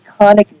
iconic